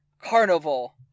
Carnival